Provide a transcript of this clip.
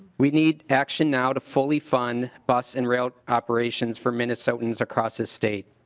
we need action now to fully fund bus and rail operations for minnesotans across the state.